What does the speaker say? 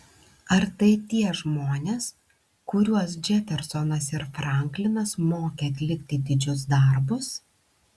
ar tai tie žmonės kuriuos džefersonas ir franklinas mokė atlikti didžius darbus